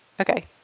Okay